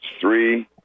three